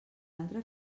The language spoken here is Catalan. altre